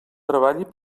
treballi